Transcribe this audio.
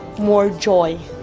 more joy?